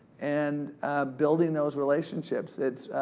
and building those relationships.